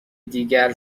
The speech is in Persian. دیگر